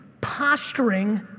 posturing